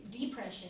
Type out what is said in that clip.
Depression